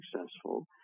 successful